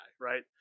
Right